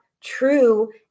true